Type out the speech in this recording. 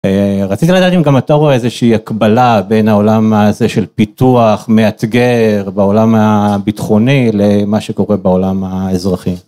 רציתי לדעת אם גם אתה רואה איזושהי הקבלה בין העולם הזה של פיתוח מאתגר בעולם הביטחוני למה שקורה בעולם האזרחי.